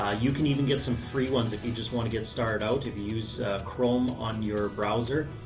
ah you can even get some free ones if you just want to get started out. if you use chrome on your browser,